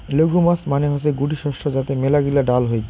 legumes মানে হসে গুটি শস্য যাতে মেলাগিলা ডাল হই